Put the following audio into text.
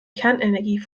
kernenergie